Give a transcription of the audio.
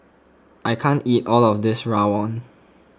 I can't eat all of this Rawon